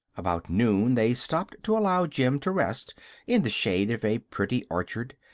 about noon they stopped to allow jim to rest in the shade of a pretty orchard,